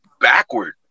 backward